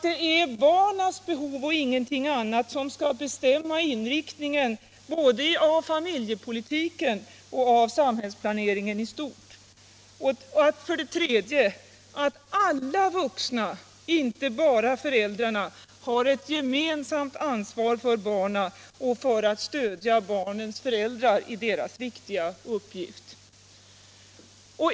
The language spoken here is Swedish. Det är barnens behov och ingenting annat som skall bestämma inriktningen av både familjepolitiken och samhällsplaneringen i stort. 3. Alla vuxna — inte bara föräldrarna — har ett gemensamt ansvar för barnen och för att stödja föräldrarna i deras viktiga uppgift.